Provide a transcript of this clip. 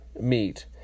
meet